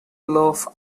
loaf